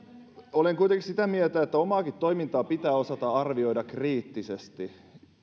olen kuitenkin sitä mieltä että omaakin toimintaa pitää osata arvioida kriittisesti